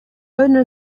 owner